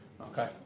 Okay